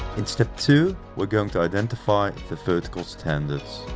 in step two we're going to identify the vertical standards.